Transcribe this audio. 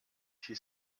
she